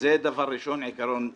זה דבר ראשון, עיקרון ראשון.